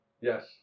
Yes